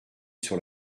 sur